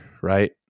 right